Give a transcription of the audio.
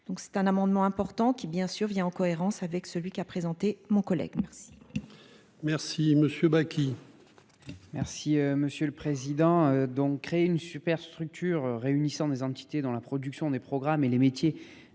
Donc c'est un amendement important qui bien sûr vient en cohérence avec celui qu'a présenté mon collègue merci. Merci Monsieur Bakhit. Merci monsieur le président, donc créer une super structure réunissant des entités dans la production des programmes et les métiers